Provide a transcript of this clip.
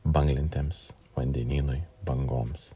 banglentėms vandenynui bangoms